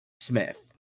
Smith